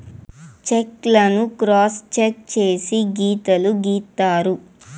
check లను cross cheque చేసి గీతలు గీత్తారు